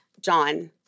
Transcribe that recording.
John